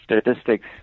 statistics